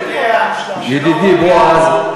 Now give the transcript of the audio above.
ידידי בועז,